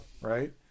right